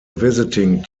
visiting